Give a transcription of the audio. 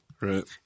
Right